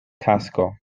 tasko